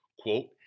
Quote